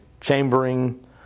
chambering